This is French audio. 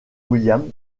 williams